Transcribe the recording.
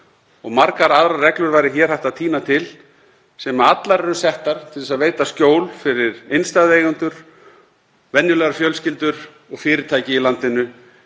og margar aðrar reglur væri hér hægt að tína til sem allar eru settar til að veita skjól fyrir innstæðueigendur, venjulegar fjölskyldur og fyrirtæki í landinu